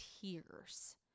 tears